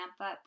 up